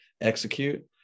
execute